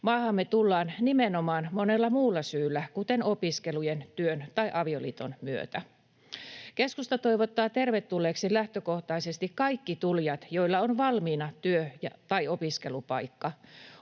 Maahamme tullaan nimenomaan monella muulla syyllä, kuten opiskelujen, työn tai avioliiton myötä. Keskusta toivottaa tervetulleiksi lähtökohtaisesti kaikki tulijat, joilla on valmiina työ- tai opiskelupaikka.